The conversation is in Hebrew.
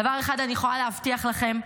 דבר אחד אני יכולה להבטיח לכם: